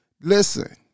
Listen